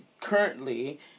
Currently